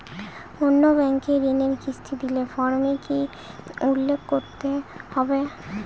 অন্য ব্যাঙ্কে ঋণের কিস্তি দিলে ফর্মে কি কী উল্লেখ করতে হবে?